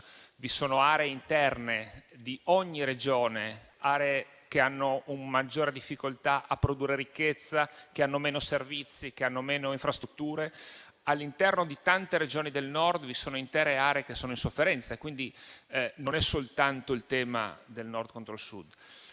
vi sono aree interne di ogni Regione che hanno maggiore difficoltà a produrre ricchezza, meno servizi e meno infrastrutture. All'interno di tante Regioni del Nord vi sono intere aree che sono in sofferenza e, quindi, non è soltanto il tema del Nord contro il Sud.